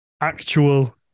Actual